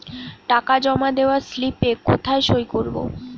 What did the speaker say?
টাকা জমা দেওয়ার স্লিপে কোথায় সই করব?